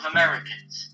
Americans